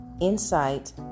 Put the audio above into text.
insight